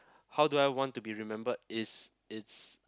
how do I want to be remembered is it's